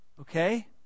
Okay